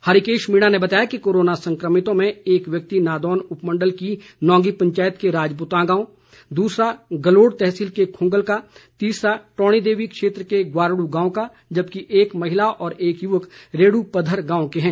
हरिकेश मीणा ने बताया कि कोरोना संक्रमितों में एक व्यक्ति नादौन उपमंडल की नौंगी पंचायत के राजपूतां गांव दूसरा गलोड़ तहसील के खूंगल का तीसरा टौणी देवी क्षेत्र के ग्वारडू गांव का जबकि एक महिला व एक युवक रेडू पधर गांव के हैं